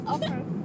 Okay